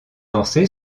dansé